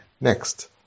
Next